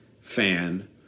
fan